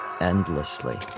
endlessly